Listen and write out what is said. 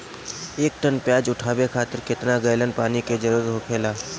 एक टन प्याज उठावे खातिर केतना गैलन पानी के जरूरत होखेला?